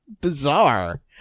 bizarre